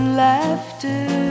laughter